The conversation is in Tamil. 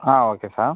ah okay sir